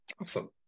awesome